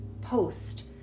post